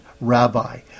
rabbi